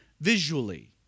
visually